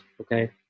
okay